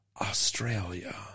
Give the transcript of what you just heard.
Australia